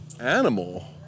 Animal